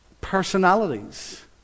personalities